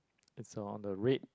it's on the red